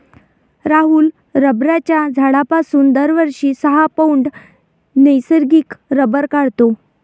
राहुल रबराच्या झाडापासून दरवर्षी सहा पौंड नैसर्गिक रबर काढतो